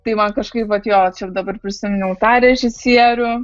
tai man kažkaip vat jo čia ir dabar prisiminiau tą režisierių